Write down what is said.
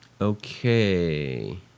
Okay